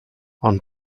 ond